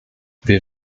wir